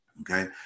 Okay